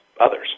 others